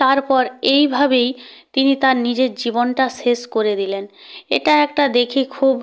তারপর এইভাবেই তিনি তার নিজের জীবনটা শেষ করে দিলেন এটা একটা দেখি খুব